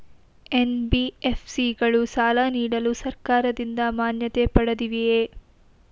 NBFC ಗಳು ಸಾಲ ನೀಡಲು ಸರ್ಕಾರದಿಂದ ಮಾನ್ಯತೆ ಪಡೆದಿವೆಯೇ?